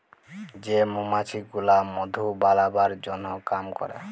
যে মমাছি গুলা মধু বালাবার জনহ কাম ক্যরে